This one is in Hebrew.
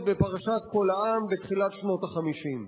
בפרשת "קול העם" בתחילת שנות ה-50.